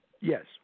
Yes